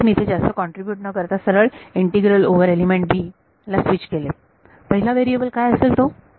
म्हणूनच मी इथे जास्त कॉन्ट्रीब्युट न करता सरळ इंटिग्रल ओव्हर एलिमेंट b ला स्विच केले पहिला व्हेरिएबल काय असेल तो